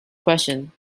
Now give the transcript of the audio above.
question